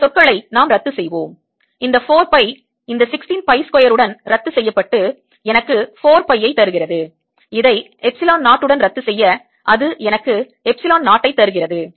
சில சொற்களை நாம் ரத்து செய்வோம் இந்த 4 pi இந்த 16 பை ஸ்கொயர் உடன் ரத்து செய்யப்பட்டு எனக்கு 4 pi யை தருகிறது இதை எப்சிலன் 0 உடன் ரத்து செய்ய அது எனக்கு எப்சிலன் 0 ஐ தருகிறது